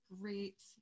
great